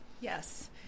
Yes